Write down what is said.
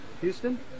Houston